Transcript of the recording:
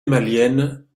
malienne